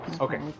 Okay